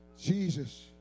Jesus